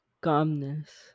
Calmness